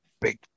big